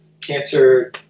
cancer